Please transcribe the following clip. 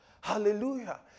Hallelujah